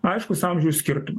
aiškus amžiaus skirtum